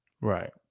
Right